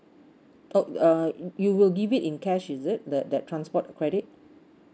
op~ uh you will give it in cash is it that that transport credit